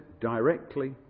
directly